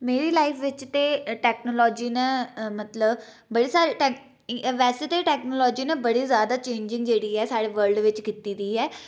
मेरी लाइफ बिच्च ते टेक्नोलाजी ने मतलब बड़े सारे टेक वैसे ते टेक्नोलाजी ने बड़े ज्यादा चेंजिंग जेह्ड़ी ऐ स्हाड़े वर्ल्ड च कीती दी ऐ